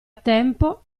tempo